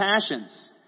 passions